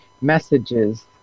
messages